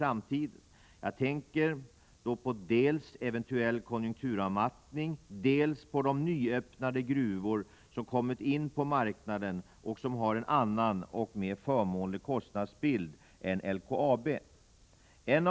Ur ett mera principiellt fackligt-politiskt perspektiv är det viktigt att regeringen klargör sin inställning till entreprenörsoch underentreprenörsverksamhet vid statsägda företag. 1.